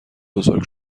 بزرگ